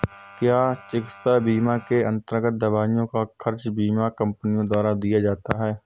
क्या चिकित्सा बीमा के अन्तर्गत दवाइयों का खर्च बीमा कंपनियों द्वारा दिया जाता है?